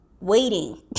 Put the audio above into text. waiting